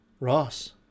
Ross